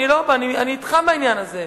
אני אתך בעניין הזה.